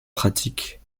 pratique